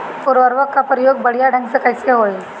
उर्वरक क प्रयोग बढ़िया ढंग से कईसे होई?